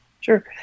Sure